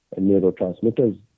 neurotransmitters